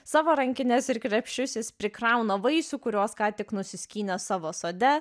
savo rankines ir krepšius jis prikrauna vaisių kuriuos ką tik nusiskynė savo sode